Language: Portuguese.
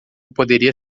poderia